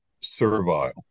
servile